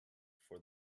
for